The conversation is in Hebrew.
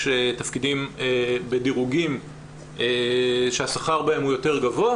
תפקידים בדירוגים שהשכר בהם הוא יותר גבוה,